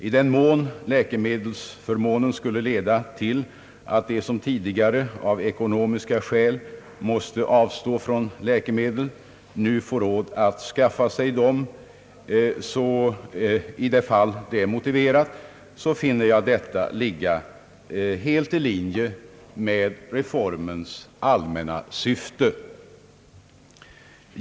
I den mån läkemedelsförmånen skulle leda till att de som tidigare av ekonomiska skäl måste avstå från läkemedel nu får råd att skaffa sig dem i de fall det är motiverat, finner jag detta ligga helt i linje med reformens allmänna syfte.